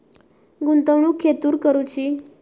गुंतवणुक खेतुर करूची?